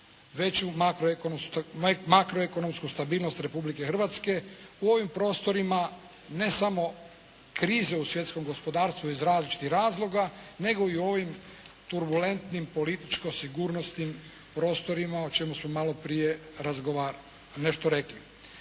veću makroekonomsku stabilnost Republike Hrvatske, u ovim prostorima, ne samo krize u svjetskom gospodarstvu iz različitih razloga, nego i u ovim turbulentnim, političko sigurnosnim prostorima o čemu smo malo prije razgovarali,